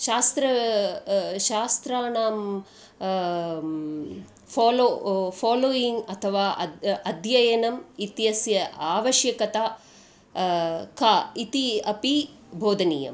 शास्त्र शास्त्राणां follow following अथवा अ अध्ययनम् इत्यस्य आवश्यकता का इति अपि बोधनीयम्